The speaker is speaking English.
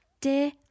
dear